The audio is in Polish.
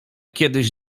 kiedyś